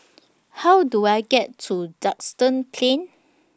How Do I get to Duxton Plain